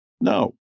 No